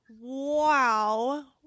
wow